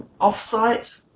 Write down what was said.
off-site